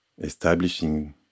Establishing